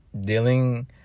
dealing